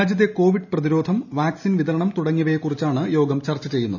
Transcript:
രാജ്യത്തെ കോവിഡ് പ്രിതിരോധം വാക്സിൻ വിതരണം തുടങ്ങിയവയെക്കുറിച്ചാണ് യോഗം ചർച്ച ചെയ്യുന്നത്